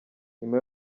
nyuma